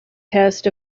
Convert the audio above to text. pest